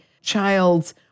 child's